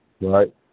right